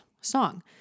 song